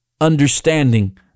understanding